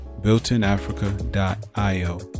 builtinafrica.io